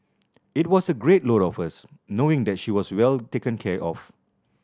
it was a great load off us knowing that she was well taken care of